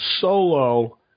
solo